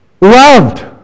Loved